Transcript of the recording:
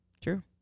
True